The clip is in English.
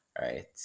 Right